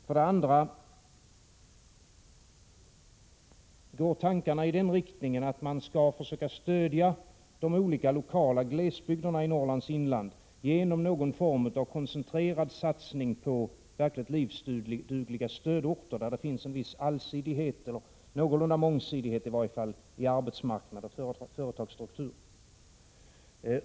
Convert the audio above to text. För det andra vill jag fråga: Går tankarna i den riktningen att man skall försöka stödja de olika lokala glesbygderna i Norrlands inland genom någon form av koncentrerad satsning på verkligt livsdugliga stödorter, där det finns en viss allsidighet eller i varje fall någorlunda mångsidighet i arbetsmarknad och företagsstruktur?